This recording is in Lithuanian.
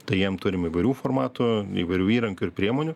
tai jiem turim įvairių formatų įvairių įrankių ir priemonių